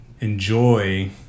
enjoy